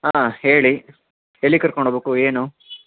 ಆಂ ಹೇಳಿ ಎಲ್ಲಿಗೆ ಕರ್ಕೊಂಡು ಹೋಬೇಕು ಏನು